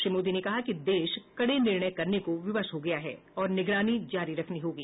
श्री मोदी ने कहा कि देश कड़े निर्णय करने को विवश हो गया है और निगरानी जारी रखनी होगी